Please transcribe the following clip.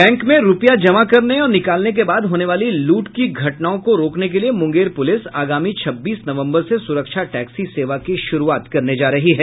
bank में रूपया जमा करने और निकालने के बाद होने वाली लूट की घटनाओं को रोकने के लिए मुंगेर पूलिस आगामी छब्बीस नवम्बर से सुरक्षा टैक्सी सेवा की शुरूआत करने जा रही है